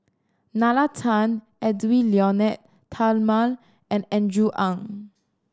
Nalla Tan Edwy Lyonet Talma and Andrew Ang